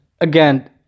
again